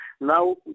Now